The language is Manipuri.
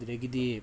ꯑꯗꯨꯗꯒꯤꯗꯤ